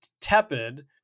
tepid